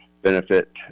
benefit